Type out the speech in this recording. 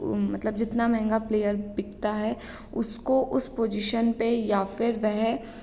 मतलब जितना महंगा प्लेयर बिकता है उसको उस पोजीशन पर या फिर वह